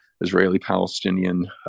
Israeli-Palestinian